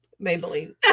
Maybelline